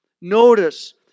Notice